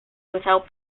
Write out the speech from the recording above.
without